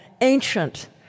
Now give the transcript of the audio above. ancient